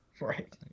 Right